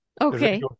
Okay